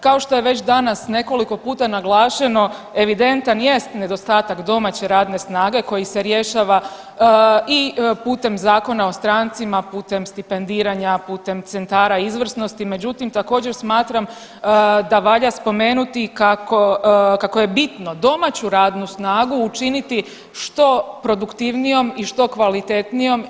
Kao što je već danas nekoliko puta naglašeno evidentan jest nedostatak domaće radne snage koji se rješava i putem Zakona o strancima, putem stipendiranja, putem centara izvrsnosti međutim također smatram da valja spomenuti kako je bitno domaću radnu snagu učiniti što produktivnijom i što kvalitetnijom.